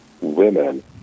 women